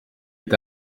est